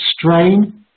strain